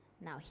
Now